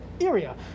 area